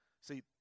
See